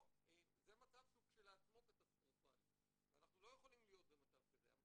זה מצב שהוא כשלעצמו קטסטרופלי ואנחנו לא יכולים להיות במצב כזה.